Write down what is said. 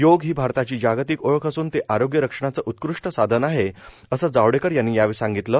योग ही भारताची जागतिक ओळख असून ते आरोग्य रक्षणाचं उत्कृष्ट साधन आहे असं जावडेकर यांनी यावेळी सांगितलं